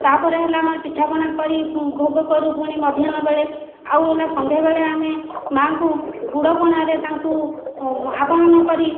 ତା'ପରେ ହେଲା ଆମର ପିଠାପଣା କରି ଭୋଗ କରୁ ପୁଣି ମଧ୍ୟାହ୍ନ ବେଳେ ଆଉ ହେଲା ସନ୍ଧ୍ୟାବେଳେ ଆମେ ମା'ଙ୍କୁ ଗୁଡ଼ ପଣାରେ ତାଙ୍କୁ ଆବାହନ କରି